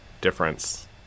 difference